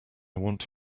want